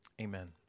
amen